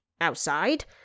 outside